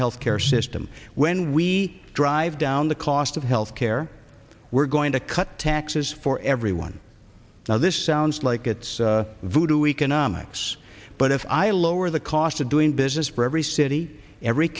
health care system when we drive down the cost of health care we're going to cut taxes for everyone now this sounds like it's voodoo economics but if i lower the cost of doing business for every city every